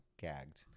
gagged